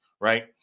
right